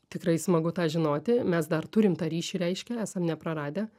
tikrai smagu tą žinoti mes dar turim tą ryšį reiškia esam nepraradę